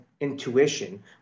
intuition